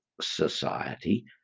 society